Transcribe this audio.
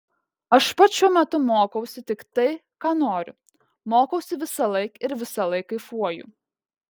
aš pats šiuo metu mokausi tik tai ką noriu mokausi visąlaik ir visąlaik kaifuoju